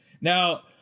Now